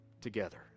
together